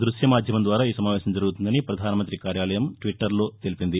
దృశ్యమాధ్యమం ద్వారా ఈ సమావేశం జరగుతుందని ప్రధానమంతి కార్యాలయం ట్విట్టర్ లో తెలిపింది